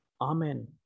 Amen